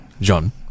John